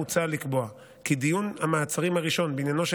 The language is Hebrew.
מוצע לקבוע כי דיון המעצרים הראשון בעניינו של